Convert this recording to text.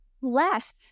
less